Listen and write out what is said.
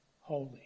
holy